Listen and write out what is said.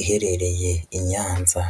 iherereye i Nyanza.